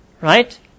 right